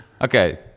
Okay